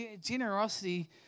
generosity